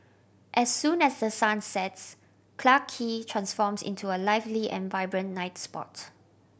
as soon as the sun sets Clarke Quay transforms into a lively and vibrant night spot